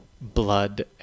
Blood